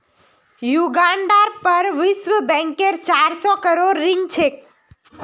युगांडार पर विश्व बैंकेर चार सौ करोड़ ऋण छेक